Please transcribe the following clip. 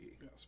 yes